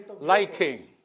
liking